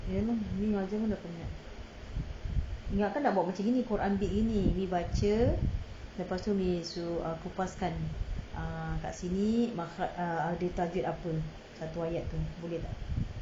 iya lah ni mengajar pun dah penat ingatkan nak buat macam gini quran ini ni baca lepas tu umi suruh kupas kan err kat sini ada tajwid apa satu ayat tu boleh tak